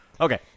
Okay